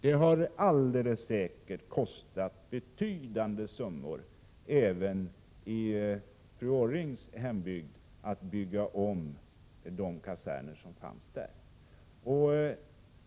Det har alldeles säkert kostat betydande summor även i fru Orrings hembygd att bygga om de kaserner som fanns där.